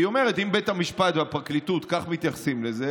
כי היא אומרת: אם בית המשפט והפרקליטות כך מתייחסים לזה,